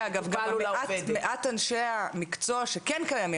מעט אנשי המקצוע שכן קיימים,